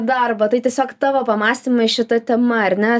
darbą tai tiesiog tavo pamąstymai šita tema ar ne